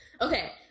Okay